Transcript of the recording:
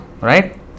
Right